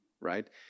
right